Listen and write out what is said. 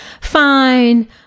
fine